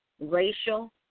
racial